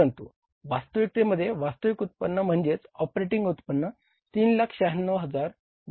परंतु वास्तविकतेमध्ये वास्तविक उत्पन्न म्हणजेच ऑपरेटिंग उत्पन्न 396000 डॉलर्स होते